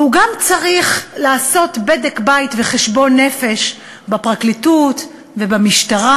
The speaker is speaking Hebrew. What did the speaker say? והוא גם צריך להוביל לבדק-בית וחשבון נפש בפרקליטות ובמשטרה,